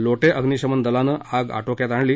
लोटे अग्निशमन दलानं आग आटोक्यात आणली